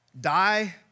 Die